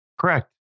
Correct